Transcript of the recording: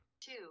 Two